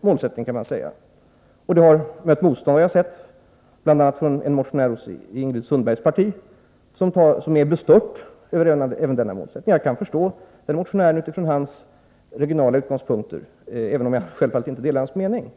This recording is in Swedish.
målsättning. Det har mött motstånd, har jag sett, bl.a. från en motionär inom Ingrid Sundbergs parti som är bestört över denna målsättning. Jag kan förstå motionären utifrån hans regionala utgångspunkter, även om jag självfallet inte delar hans mening.